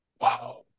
wow